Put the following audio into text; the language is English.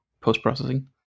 post-processing